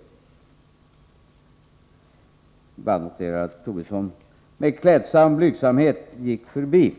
Jag vill bara notera att Lars Tobisson med klädsam blygsamhet gick förbi